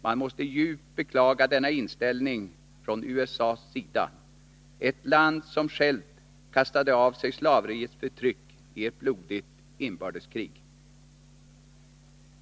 Man måste djupt beklaga denna inställning från USA:s sida, ett land som självt kastade av sig slaveriets förtryck i ett blodigt inbördeskrig.